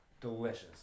Delicious